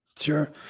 Sure